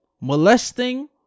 Molesting